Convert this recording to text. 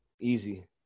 easy